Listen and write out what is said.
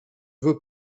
veux